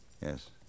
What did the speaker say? Yes